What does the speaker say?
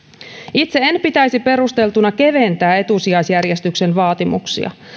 itse en pitäisi perusteltuna keventää etusijajärjestyksen vaatimuksia